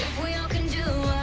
we all can do